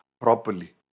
properly